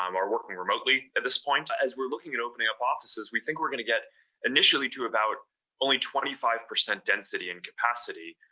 um are working remotely at this point. as we're looking at opening up offices, we think we're going to get initially to about only twenty five percent density and capacity.